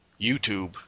YouTube